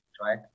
right